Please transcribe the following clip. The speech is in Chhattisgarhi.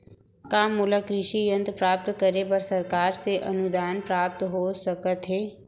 का मोला कृषि यंत्र प्राप्त करे बर सरकार से अनुदान प्राप्त हो सकत हे?